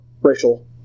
racial